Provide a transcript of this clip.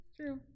True